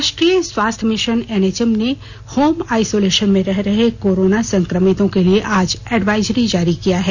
राष्ट्रीय स्वास्थ्य mission NHM ने होम आईसोलेशन में रह रहे कोरोना संक्रमितों के लिए एडवाइजरी जारी किया है